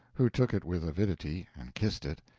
who took it with avidity, and kissed it,